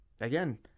Again